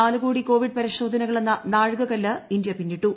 നാല് കോടി കോവിഡ് പരിശ്ശ്ധ്രനകളെന്ന നാഴികക്കല്ല് ഇന്ത്യ പിന്നിട്ടു